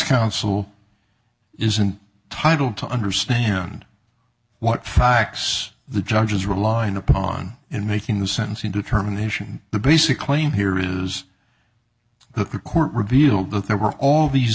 counsel isn't title to understand what facts the judges relied upon in making the sentencing determination the basic claim here is the court revealed that there were all these